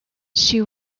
she